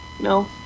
No